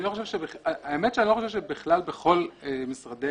האמת שאני לא חושב בכלל בכל משרדי